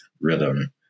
rhythm